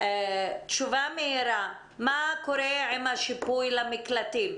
תשובה מהירה: מה קורה עם השיפוי למקלטים,